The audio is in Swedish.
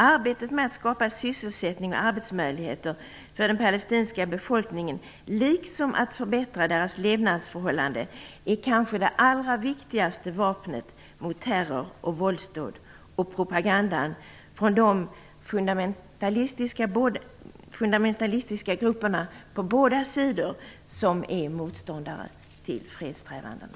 Arbetet med att skapa sysselsättning och arbetsmöjligheter för den palestinska befolkningen liksom att förbättra deras levnadsförhållanden är kanske det allra viktigaste vapnet mot terror, våldsdåd och propagandan från de fundamentalistiska grupper på båda sidor som är motståndare till fredssträvandena.